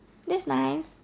that's nice